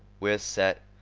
we're set.